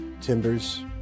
timbers